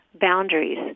boundaries